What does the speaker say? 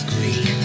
Greek